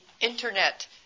Internet